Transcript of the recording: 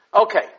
Okay